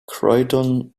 croydon